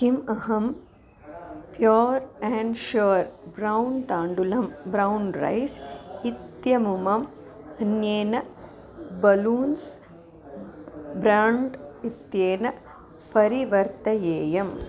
किम् अहं pure and sure brown ताण्डुलं ब्रौन् रैस इत्यमुम् अन्येन बलून्स ब्राण्ड इत्येन परिवर्तयेयम्